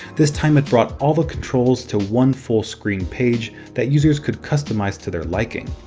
this time it brought all the controls to one full-screen page that users could customize to their liking.